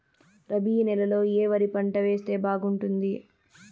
రబి నెలలో ఏ వరి పంట వేస్తే బాగుంటుంది